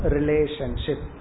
Relationship